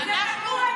אנחנו?